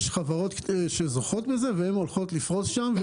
יש חברות שזוכות בזה והן הולכות לפרוס שם.